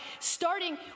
starting